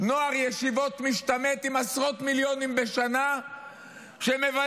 נוער ישיבות משתמט עם עשרות מיליונים בשנה שמבלים